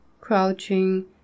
crouching